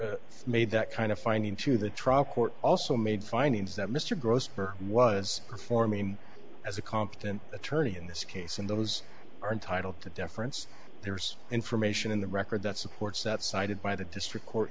court made that kind of finding to the trial court also made findings that mr grossberg was performing as a competent attorney in this case and those are entitled to deference there's information in the record that supports that cited by the district court